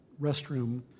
restroom